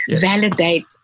validate